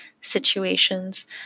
situations